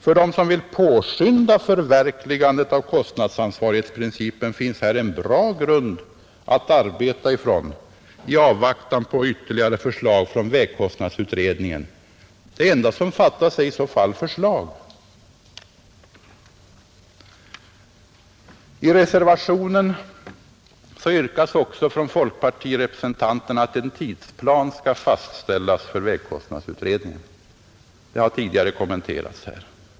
För dem som vill påskynda förverkligandet av kostnadsansvarighetsprincipen finns här en bra grund att arbeta ifrån i avvaktan på ytterligare förslag från vägkostnadsutredningen. Det enda som fattas är i så fall förslag. I reservationen yrkar folkpartirepresentanterna att en tidplan skall fastställas för vägkostnadsutredningen. Det har tidigare kommenterats här.